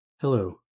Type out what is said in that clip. Hello